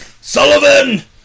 Sullivan